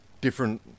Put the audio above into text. different